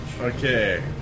Okay